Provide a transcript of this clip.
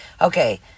Okay